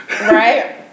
Right